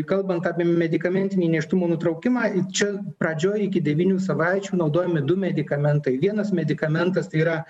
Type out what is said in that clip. kalbant apie medikamentinį nėštumo nutraukimą čia pradžioj iki devynių savaičių naudojami du medikamentai vienas medikamentas tai yra